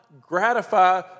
gratify